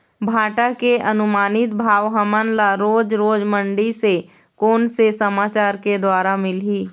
भांटा के अनुमानित भाव हमन ला रोज रोज मंडी से कोन से समाचार के द्वारा मिलही?